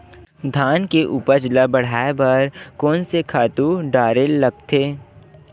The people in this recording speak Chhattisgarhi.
धान के उपज ल बढ़ाये बर कोन से खातु डारेल लगथे?